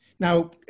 Now